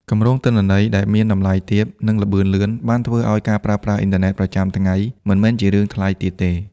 គម្រោងទិន្នន័យដែលមានតម្លៃទាប និងល្បឿនលឿន បានធ្វើឲ្យការប្រើប្រាស់អ៊ីនធឺណិតប្រចាំថ្ងៃមិនមែនជារឿងថ្លៃទៀតទេ។